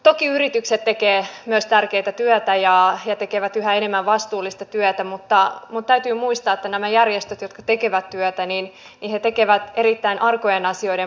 toki yritykset tekevät myös tärkeätä työtä ja yhä enemmän vastuullista työtä mutta täytyy muistaa että nämä järjestöt tekevät sitä työtä erittäin arkojen asioiden parissa